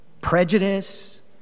prejudice